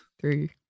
Three